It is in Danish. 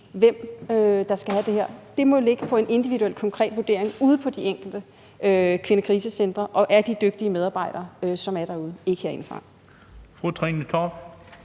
hvem der skal have det her. Det må være ud fra en individuel konkret vurdering ude på de enkelte kvindekrisecentre, og den må foretages af de dygtige medarbejdere, som er derude – ikke herindefra. Kl.